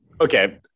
okay